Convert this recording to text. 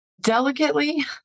Delicately